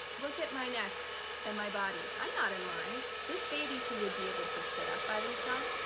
look at my neck and my body. i'm not in line. this baby who would be able to sit up by themselves,